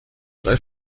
drei